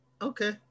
Okay